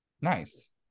nice